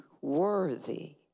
worthy